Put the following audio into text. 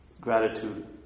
Gratitude